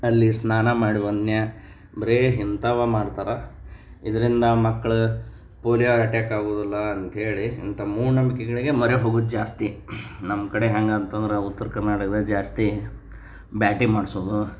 ಅಲ್ಲಿ ಸ್ನಾನ ಮಾಡಿ ಬಂದ್ನಾ ಬರೀ ಇಂಥವ ಮಾಡ್ತಾರೆ ಇದರಿಂದ ಮಕ್ಳು ಪೋಲಿಯ ಅಟ್ಯಾಕ್ ಆಗೋದಿಲ್ಲ ಅಂತೇಳಿ ಇಂಥ ಮೂಢನಂಬಿಕೆಗಳಿಗೆ ಮೊರೆ ಹೋಗೋದ್ ಜಾಸ್ತಿ ನಮ್ಮ ಕಡೆ ಹೆಂಗೆ ಅಂತಂದ್ರೆ ಉತ್ರ ಕರ್ನಾಟಕ್ದಾಗೆ ಜಾಸ್ತಿ ಬ್ಯಾಟೆ ಮಾಡಿಸೋದು